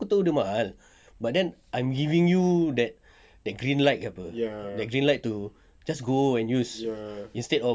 aku tahu dia mahal but then I'm giving you that that green light apa that green light to just go and use instead of